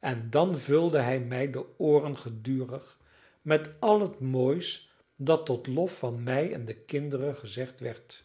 en dan vulde hij mij de ooren gedurig met al het moois dat tot lof van mij en de kinderen gezegd werd